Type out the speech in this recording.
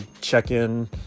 check-in